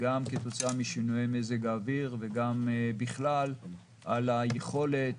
גם כתוצאה משינויי מזג האוויר וגם בכלל על היכולת